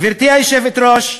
גברתי היושבת-ראש,